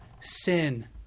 sin